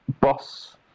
Boss